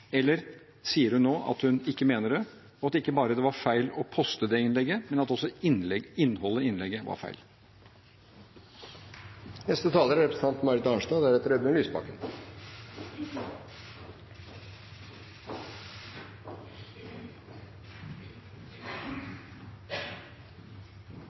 eller sier hun nå at hun ikke mener det, og at det ikke bare var feil å poste det innlegget, men at også innholdet i innlegget var feil? Først må jeg få lov å si til selve sakens innhold at det kanskje er